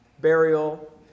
burial